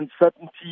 uncertainty